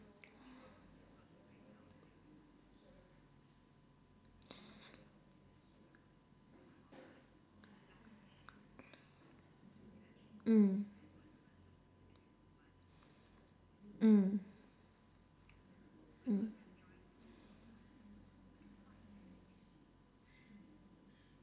mm mm mm